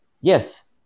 Yes